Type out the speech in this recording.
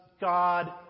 God